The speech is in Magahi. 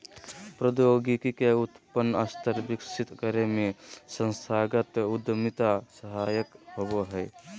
प्रौद्योगिकी के उन्नत स्तर विकसित करे में संस्थागत उद्यमिता सहायक होबो हय